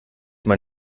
man